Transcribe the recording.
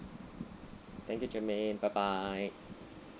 thank you germaine bye bye